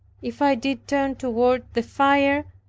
if i did turn toward the fire,